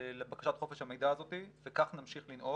לבקשת חופש המידע הזאת וכך נמשיך לנהוג,